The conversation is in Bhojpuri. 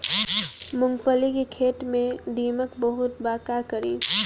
मूंगफली के खेत में दीमक बहुत बा का करी?